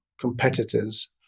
competitors